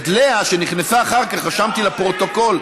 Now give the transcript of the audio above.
את לאה, שנכנסה אחר כך, רשמתי לפרוטוקול.